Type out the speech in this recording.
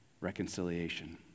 reconciliation